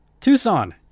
Tucson